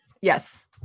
Yes